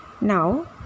Now